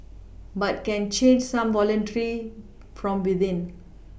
but can change some voluntary from within